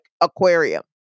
aquarium